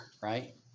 right